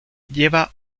lleva